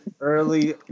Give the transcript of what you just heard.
early